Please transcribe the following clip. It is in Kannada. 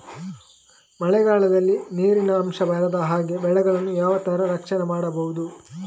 ಮಳೆಗಾಲದಲ್ಲಿ ನೀರಿನ ಅಂಶ ಬಾರದ ಹಾಗೆ ಬೆಳೆಗಳನ್ನು ಯಾವ ತರ ರಕ್ಷಣೆ ಮಾಡ್ಬಹುದು?